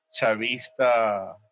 Chavista